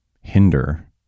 hinder